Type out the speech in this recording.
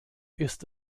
ist